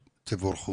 תבורכו.